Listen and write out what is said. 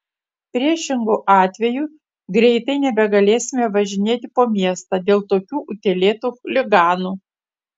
priešingu atveju greitai nebegalėsime važinėti po miestą dėl tokių utėlėtų chuliganų